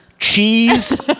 Cheese